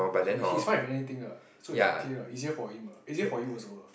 so he's fine with anything lah so is okay easier for him easier for you also lah